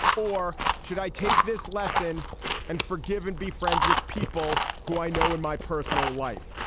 or should i take this lesson and forgive and be friends with people who i know in my personal life.